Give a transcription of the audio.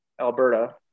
Alberta